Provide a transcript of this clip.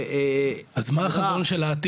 אז מה החזון של העתיד?